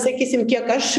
sakysim kiek aš